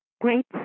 great